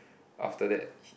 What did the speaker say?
after that he